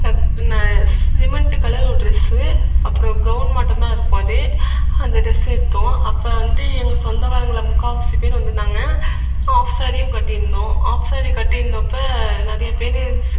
sub ந cement colour ஒரு dress அப்புறோம் கெவுன் மாட்டோம் தான் இருக்கும் அது அந்த ட்ரெஸ்ஸு எடுத்தோம் அப்போ வந்து எங்கள் சொந்தக்காரங்களில் முக்கால்வாசி பேர் வந்துருந்தாங்க ஆஃப் சாரீயும் கட்டிருந்தோம் ஆஃப் சாரீ கட்டிருந்தப்போ நிறைய பேர்